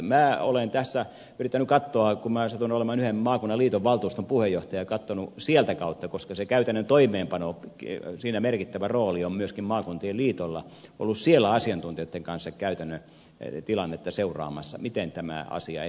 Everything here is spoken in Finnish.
minä olen tässä yrittänyt katsoa kun minä satun olemaan yhden maakunnan liiton valtuuston puheenjohtaja sieltä kautta koska siinä käytännön toimeenpanossa merkittävä rooli on myöskin maakuntien liitolla ollut siellä asiantuntijoitten kanssa seuraamassa käytännön tilannetta miten tämä asia etenee